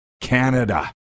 Canada